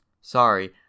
Sorry